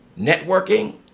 networking